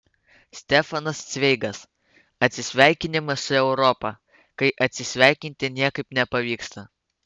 stefanas cveigas atsisveikinimas su europa kai atsisveikinti niekaip nepavyksta